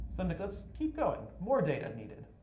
then but let's keep going. more data needed.